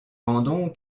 mandon